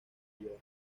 york